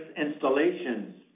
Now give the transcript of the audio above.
installations